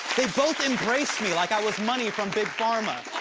they both embraced me like i was money from big pharma.